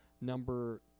number